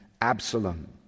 Absalom